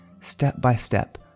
step-by-step